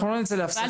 אנחנו לא נצא להפסקה,